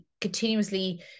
continuously